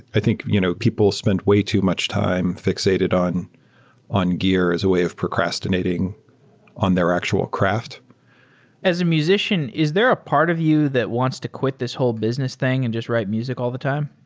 i think you know people spend way too much time fixated on on gear as a way of procrastinating on their actual craft as a musician, is there a part of you that wants to quit this whole business thing and just write music all the time?